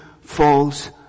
falls